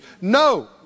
No